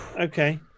Okay